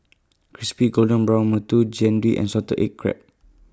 Crispy Golden Brown mantou Jian Dui and Salted Egg Crab